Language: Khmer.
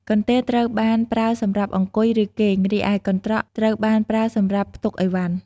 កន្ទេលត្រូវបានប្រើសម្រាប់អង្គុយ ឬគេង រីឯកន្ត្រកត្រូវបានប្រើសម្រាប់ផ្ទុកឥវ៉ាន់។